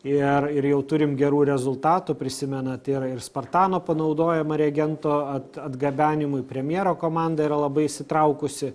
ir ir jau turim gerų rezultatų prisimenat yra ir spartano panaudojimą reagento atgabenimui premjero komanda yra labai įsitraukusi